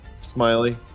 Smiley